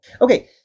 Okay